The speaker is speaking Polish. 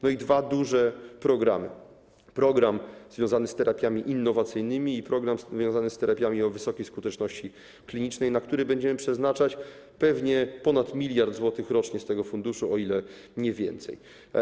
No i dwa duże programy: program związany z terapiami innowacyjnymi i program związany z terapiami o wysokiej skuteczności klinicznej, na które będziemy przeznaczać pewnie ponad 1 mld zł rocznie z tego funduszu, o ile nie więcej.